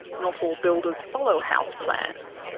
not all builders follow house plans,